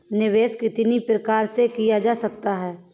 निवेश कितनी प्रकार से किया जा सकता है?